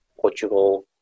Portugal